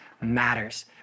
matters